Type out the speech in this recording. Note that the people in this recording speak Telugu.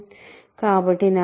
కాబట్టి నాకు Xp 1Xp 2